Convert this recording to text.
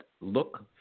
look